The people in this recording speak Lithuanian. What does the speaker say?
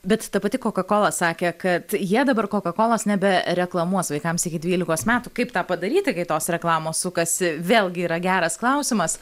bet ta pati koka kola sakė kad jie dabar koka kolos nebe reklamuos vaikams iki dvylikos metų kaip tą padaryti kai tos reklamos sukasi vėlgi yra geras klausimas